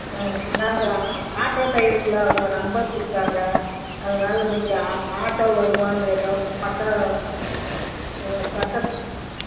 ஆ நாங்கள் ஆட்டோ டிரைவருங்களா உங்கள் நம்பர் கொடுத்தாங்க அதனால் நீங்கள் ஆட்டோ வருமான்னு கேட்டோம் பக்க ம் பக்கத்தில்